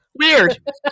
weird